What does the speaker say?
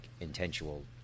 intentional